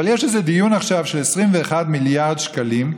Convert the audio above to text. יש איזה דיון עכשיו על 21 מיליארד שקלים,